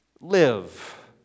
live